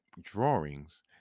drawings